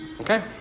Okay